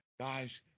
guys